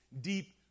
deep